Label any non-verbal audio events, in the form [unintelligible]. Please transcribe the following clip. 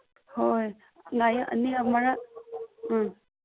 ꯍꯣꯏ [unintelligible] ꯎꯝ